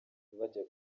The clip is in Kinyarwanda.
bajya